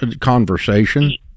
conversation